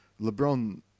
LeBron